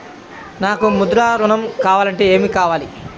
నాకు ముద్ర ఋణం కావాలంటే ఏమి కావాలి?